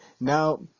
now